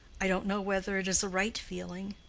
i don't know whether it is a right feeling.